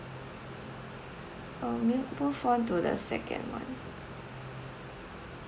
uh we move on to the second one